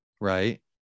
right